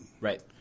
Right